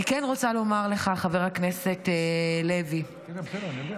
אני כן רוצה לומר לך, חבר הכנסת לוי, מיקי,